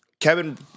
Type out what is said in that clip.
Kevin